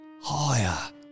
higher